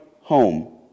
home